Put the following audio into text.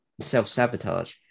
self-sabotage